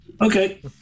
okay